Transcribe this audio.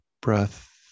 breath